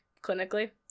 clinically